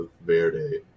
verde